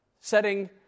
setting